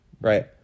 Right